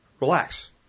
Relax